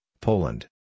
Poland